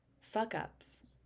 fuck-ups